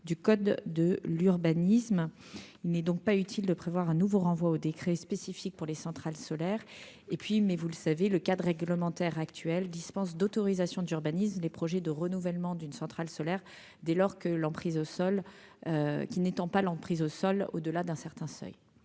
du code de l'urbanisme, il n'est donc pas utile de prévoir un nouveau renvoi au décret spécifique pour les centrales solaires et puis mais vous le savez le cadre réglementaire actuel dispense d'autorisation d'urbanisme, les projets de renouvellement d'une centrale solaire dès lors que l'emprise au sol qui, n'étant pas l'emprise au sol, au delà d'un certain seuil,